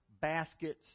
baskets